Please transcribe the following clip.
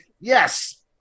Yes